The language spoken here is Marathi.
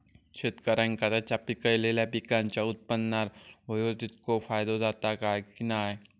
शेतकऱ्यांका त्यांचा पिकयलेल्या पीकांच्या उत्पन्नार होयो तितको फायदो जाता काय की नाय?